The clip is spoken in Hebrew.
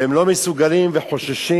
והם לא מסוגלים וחוששים,